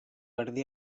erdi